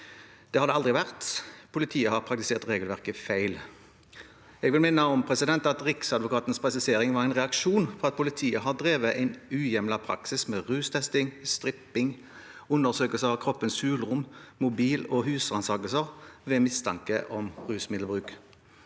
Det har det aldri vært. Politiet har praktisert regelverket feil. Jeg vil minne om at Riksadvokatens presisering var en reaksjon på at politiet har drevet en uhjemlet praksis med rustesting, stripping, undersøkelser av kroppens hulrom, mobil- og husransakelser ved mistanke om rusmiddelbruk.